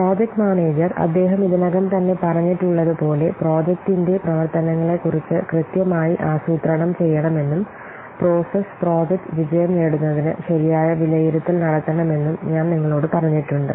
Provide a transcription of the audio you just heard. project manager അദ്ദേഹം ഇതിനകം തന്നെ പറഞ്ഞിട്ടുള്ളത് പോലെ പ്രോജക്റ്റിന്റെ പ്രവർത്തനങ്ങളെക്കുറിച്ച് കൃത്യമായി ആസൂത്രണം ചെയ്യണമെന്നും പ്രോസസ് പ്രോജക്റ്റ് വിജയം നേടുന്നതിന് ശരിയായ വിലയിരുത്തൽ നടത്തണമെന്നും ഞാൻ നിങ്ങളോട് പറഞ്ഞിട്ടുണ്ട്